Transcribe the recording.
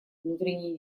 внутренние